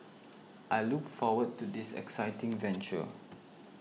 I look forward to this exciting venture